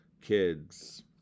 kids